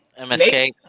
MSK